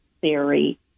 theory